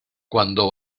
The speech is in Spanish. cuando